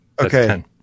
Okay